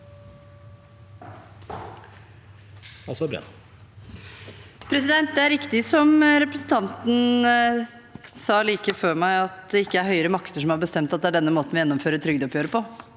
Det er riktig, som representanten Kristjánsson sa like før meg, at det ikke er høyere makter som har bestemt at det er denne måten vi gjennomfører trygdeoppgjøret på.